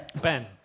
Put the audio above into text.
Ben